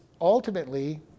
ultimately